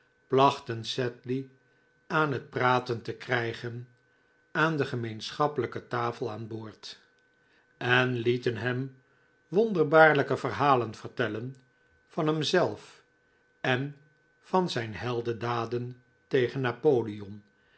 plachten sedley aan het praten te krijgen aan de gemeenschappelijke tafel aan boord en lieten hem wonderbaarlijke verhalen vertellen van hemzelf en van zijn heldendaden tegen napoleon